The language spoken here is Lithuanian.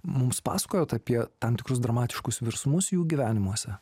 mums pasakojot apie tam tikrus dramatiškus virsmus jų gyvenimuose